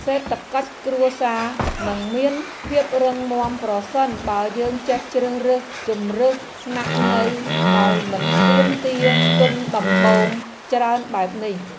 សេដ្ឋកិច្ចគ្រួសារនឹងមានភាពរឹងមាំប្រសិនបើយើងចេះជ្រើសរើសជម្រើសស្នាក់នៅដែលមិនទាមទារទុនដំបូងច្រើនបែបនេះ។